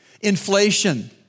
Inflation